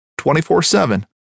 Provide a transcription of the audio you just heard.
24-7